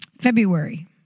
February